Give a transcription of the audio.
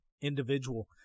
individual